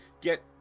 get